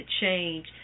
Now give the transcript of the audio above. change